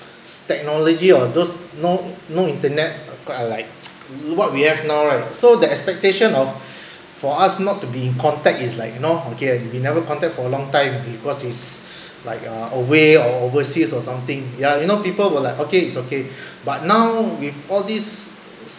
s~technology or those no no internet uh like what we have now right so the expectation of for us not to be in contact is like you know okay you never contact for a long time because he's like uh away or overseas or something ya you know people will like okay it's okay but now with all these